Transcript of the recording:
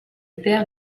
père